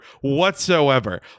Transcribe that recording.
whatsoever